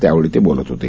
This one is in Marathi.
त्यावेळी ते बोलत होते